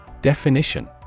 Definition